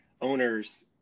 owners